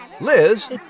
Liz